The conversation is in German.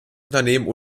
unternehmen